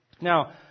Now